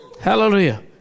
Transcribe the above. Hallelujah